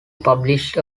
published